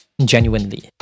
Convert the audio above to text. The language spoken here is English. genuinely